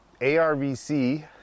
ARVC